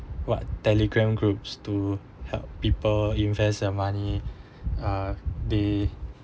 what telegram groups to help people invest their money uh they